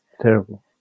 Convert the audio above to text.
Terrible